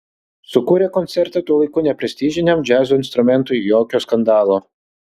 sukūrė koncertą tuo laiku neprestižiniam džiazo instrumentui jokio skandalo